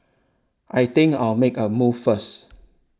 I think I'll make a move first